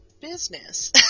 business